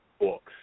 books